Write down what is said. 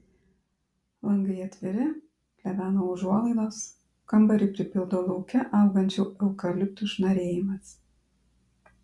langai atviri plevena užuolaidos kambarį pripildo lauke augančių eukaliptų šnarėjimas